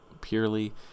purely